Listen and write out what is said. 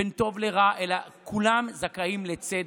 בין טוב לרע, אלא כולם זכאים לצדק.